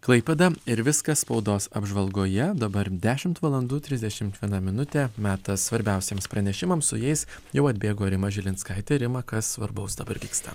klaipėda ir viskas spaudos apžvalgoje dabar dešimt valandų trisdešimt viena minutė metas svarbiausiems pranešimams su jais jau atbėgo rima žilinskaitė rima kas svarbaus dabar vyksta